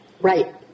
Right